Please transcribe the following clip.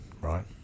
right